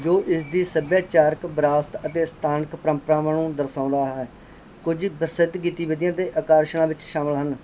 ਜੋ ਇਸਦੀ ਸੱਭਿਆਚਾਰਕ ਵਿਰਾਸਤ ਅਤੇ ਸਥਾਨਕ ਪਰੰਪਰਾਵਾਂ ਨੂੰ ਦਰਸਾਉਂਦਾ ਹੈ ਕੁਝ ਗਤੀਵਿਧੀਆਂ ਅਤੇ ਆਕਾਰਸ਼ਨਾਂ ਵਿੱਚ ਸ਼ਾਮਿਲ ਹਨ